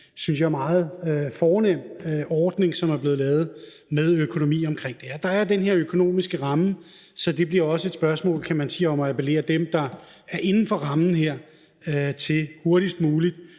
synes jeg, meget fornem ordning, som er blevet lavet, og der er økonomi omkring det. Der er den her økonomiske ramme, så det bliver også et spørgsmål om at appellere til dem, der er inden for rammen her, til hurtigst muligt